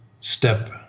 step